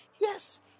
yes